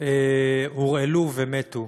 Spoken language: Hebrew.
הורעלו ומתו.